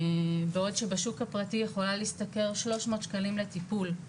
בעוד שבשוק הפרטי יכולה להשתכר שלוש מאות שקלים לטיפול.